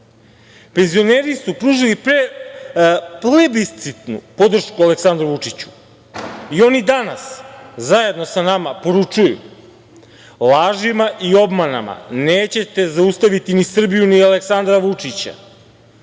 Srbije. Penzioneri su pružili plebiscitnu podršku Aleksandru Vučiću, i oni danas zajedno sa nama poručuju - lažima i obmanama nećete zaustaviti ni Srbiju ni Aleksandra Vučića. Mi